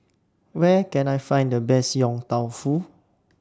Where Can I Find The Best Yong Tau Foo